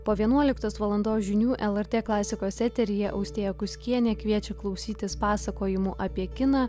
po vienuoliktos valandos žinių lrt klasikos eteryje austėja kuskienė kviečia klausytis pasakojimų apie kiną